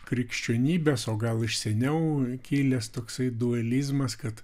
krikščionybės o gal iš seniau kilęs toksai dualizmas kad